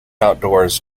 outdoors